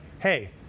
Hey